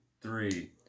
three